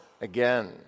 again